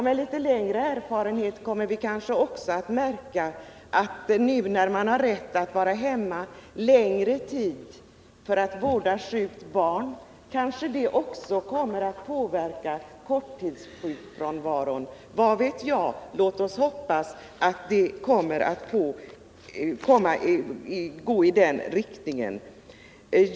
Med litet längre erfarenhet kommer vi kanske att märka att också rätten att vara hemma längre tid för att vårda sjukt barn kommer att påverka körttidssjukfrånvaron. Vad vet jag. Låt oss hoppas att det kommer att gå i den riktningen.